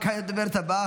כעת לדוברת הבאה,